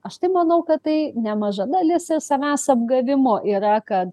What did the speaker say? aš tai manau kad tai nemaža dalis ir savęs apgavimo yra kad